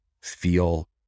feel